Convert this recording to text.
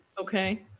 Okay